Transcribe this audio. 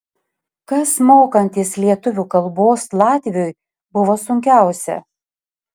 kas mokantis lietuvių kalbos latviui buvo sunkiausia